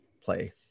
play